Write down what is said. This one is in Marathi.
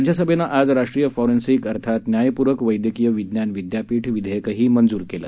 राज्यसभेनं आज राष्ट्रीय फॉरेन्सिक अर्थात न्यायपूरक वैद्यकीय विज्ञान विद्यापीठ विधेयकही मंजूर केलं